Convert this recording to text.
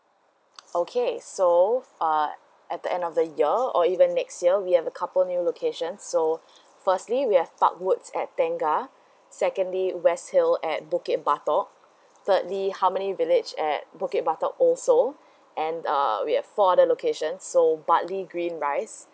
okay so uh at the end of the year or even next year we have a couple new location so firstly we have parc woods at tengah secondly west hill at bukit batok thirdly harmony village at bukit batok also and um we have four other location so bartley greenrise